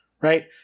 right